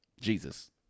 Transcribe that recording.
Jesus